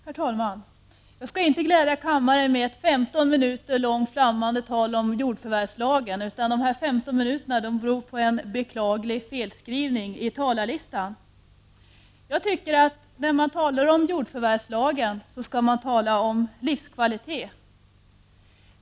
Herr talman! Jag skall inte glädja kammaren med ett 15 minuter långt flammande tal om jordförvärvslagen. De 15 minuter som jag är antecknad för på talarlistan är en beklaglig felskrivning. När man talar om jordförvärvslagen, tycker jag att man skall tala om livskvalitet.